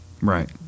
right